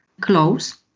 close